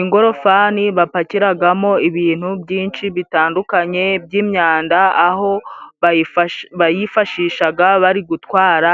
Ingorofani bapakiragamo ibintu byinshi bitandukanye by'imyanda, aho bayifashishaga bari gutwara